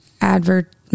advert